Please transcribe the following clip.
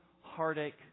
heartache